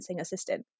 assistant